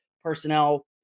personnel